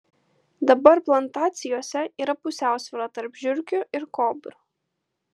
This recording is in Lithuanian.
dabar plantacijose yra pusiausvyra tarp žiurkių ir kobrų